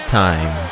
time